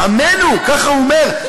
"עמנו" עמנו, ככה הוא אומר.